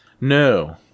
No